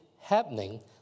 happening